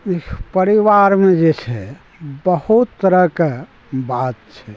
देखियौ परिवारमे जे छै बहुत तरहके बात छै